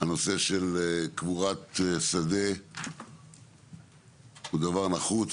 הנושא של קבורת שדה הוא דבר נחוץ,